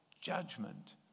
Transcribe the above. judgment